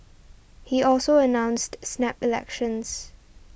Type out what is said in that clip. he also announced snap elections